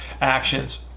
actions